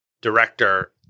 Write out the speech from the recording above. director